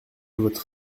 votre